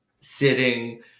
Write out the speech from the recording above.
sitting